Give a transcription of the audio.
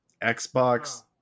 Xbox